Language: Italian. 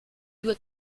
due